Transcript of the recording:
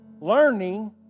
learning